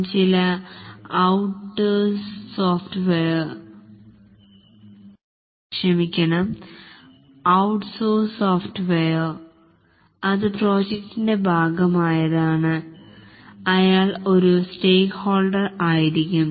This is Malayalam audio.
ആ വെണ്ടർ ചില ഔട്സോഴ്സ്ഡ് സോഫ്റ്റ്വെയർ ഡെവലപ്പ് ചെയ്യുക ആവാം അത് പ്രോജക്റ്റിന്റെ ഭാഗമായത് അയാൾ ഒരു സ്റ്റേക്കഹോൾഡർ ആയിരിക്കും